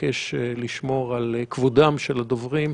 מבקש לשמור על כבודם של הדוברים,